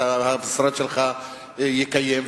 והמשרד שלך יקיים,